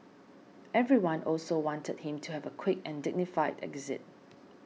everyone also wanted him to have a quick and dignified exit